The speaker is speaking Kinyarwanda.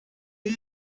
ibi